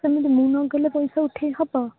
ସେମିତି ମୁଁ ନ ଗଲେ ପଇସା ଉଠାଇ ହବ